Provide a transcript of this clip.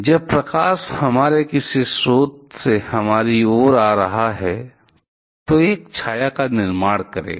जब प्रकाश हमारे किसी स्रोत से हमारी ओर आ रहा है तो यह एक छाया का निर्माण करेगा